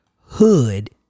Hood